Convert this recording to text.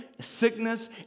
sickness